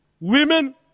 women